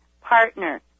partner